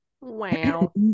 wow